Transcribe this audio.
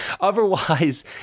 Otherwise